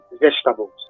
vegetables